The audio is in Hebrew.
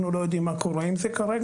אנחנו לא יודעים מה קורה עם זה כרגע.